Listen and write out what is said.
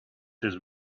his